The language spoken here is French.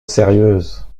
sérieuse